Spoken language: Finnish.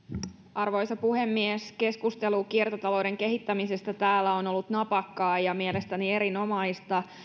arvoisa puhemies keskustelu kiertotalouden kehittämisestä on täällä ollut napakkaa ja mielestäni erinomaista